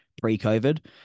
pre-COVID